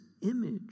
image